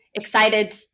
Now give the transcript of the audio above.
excited